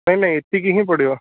ନାଇଁ ନାଇଁ ଏତିକି ହିଁ ପଡ଼ିବ